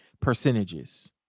percentages